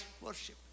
worship